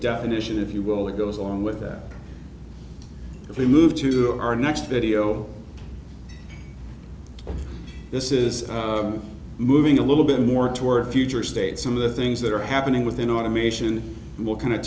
definition if you will that goes along with that if we move to our next video this is moving a little bit more towards future state some of the things that are happening within automation we'll kind of